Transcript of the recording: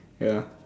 ya